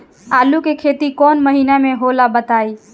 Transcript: आलू के खेती कौन महीना में होला बताई?